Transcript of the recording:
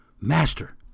Master